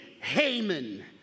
Haman